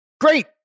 Great